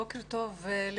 בוקר טוב לכולם.